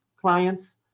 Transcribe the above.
clients